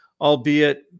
albeit